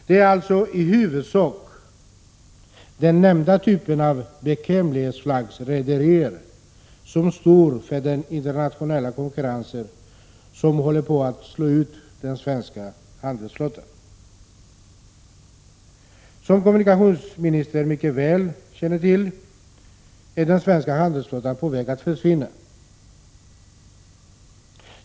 Det är i huvudsak den nämnda typen av bekvämlighetsflaggsrederier som står för den internationella konkurrens som håller på att slå ut den svenska handelsflottan. Som kommunikationsministern mycket väl känner till är den svenska handelsflottan på väg att försvinna.